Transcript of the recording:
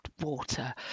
water